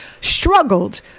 struggled